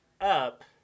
up